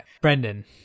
Brendan